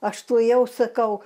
aš tuojau sakau